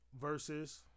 Versus